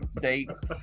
Dates